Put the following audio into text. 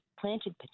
planted